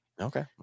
Okay